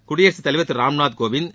குடியரசுத் தலைவர் திரு ராம்நாத் கோவிந்த்